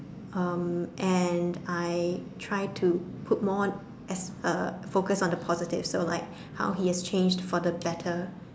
um and I try to put more as a focus on the positive so like how he has changed for the better